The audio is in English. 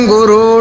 Guru